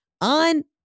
on